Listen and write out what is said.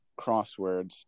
crosswords